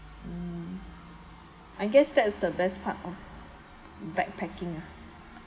mm I guess that's the best part of backpacking lah